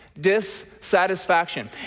dissatisfaction